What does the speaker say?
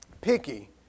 Picky